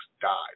died